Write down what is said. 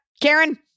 Karen